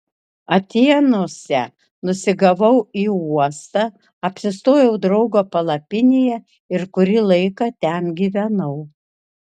atėnuose nusigavau į uostą apsistojau draugo palapinėje ir kurį laiką ten gyvenau